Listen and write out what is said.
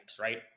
right